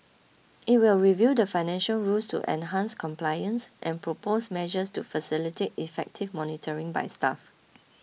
it will review the financial rules to enhance compliance and propose measures to facilitate effective monitoring by staff